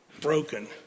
broken